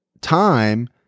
time